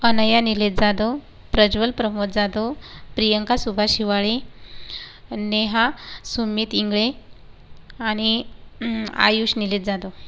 अनया निलेश जाधव प्रज्वल प्रमोद जाधव प्रियांका सुभाष शिवाळे नेहा सुमित इंगळे आणि आयुष निलेश जाधव